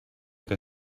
que